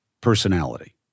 personality